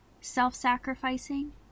self-sacrificing